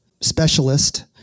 specialist